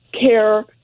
care